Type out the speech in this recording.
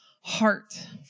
heart